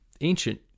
ancient